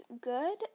good